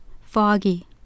foggy